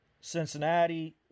Cincinnati